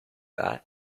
that